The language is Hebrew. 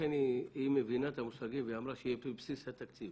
לכן היא מבינה את המושגים והיא אמרה שיהיה בבסיס התקציב.